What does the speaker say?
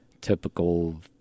typical